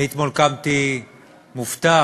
אתמול בבוקר קמתי מופתע